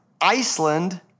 Iceland